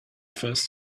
first